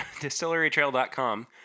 Distillerytrail.com